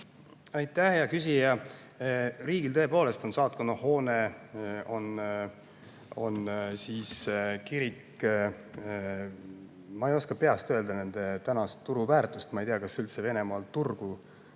Aitäh, hea küsija! Riigil tõepoolest on saatkonnahoone ja on kirik. Ma ei oska peast öelda nende tänast turuväärtust, ma ei tea, kas üldse Venemaal turgu